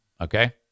Okay